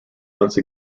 once